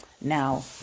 Now